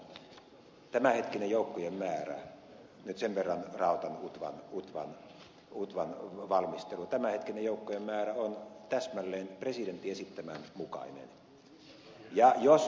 tämänhetkinen joukkojen määrä nyt sen verran raotan utvan valmistelua on täsmälleen presidentin esittämän mukainen